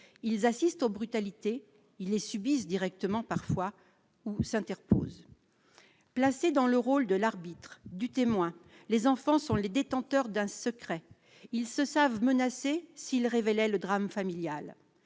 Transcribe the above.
ils assistent aux brutalités il subissent directement parfois ou s'interpose placée dans le rôle de l'arbitre du témoin, les enfants sont les détenteurs d'un secret ils se savent menacés s'il révélait le drame familial,